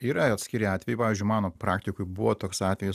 yra atskiri atvejai pavyzdžiui mano praktikoj buvo toks atvejis